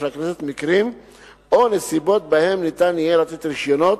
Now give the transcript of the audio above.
מקרים או נסיבות שבהם ניתן יהיה לתת רשיונות